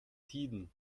tiden